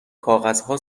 کاغذها